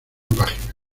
página